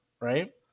right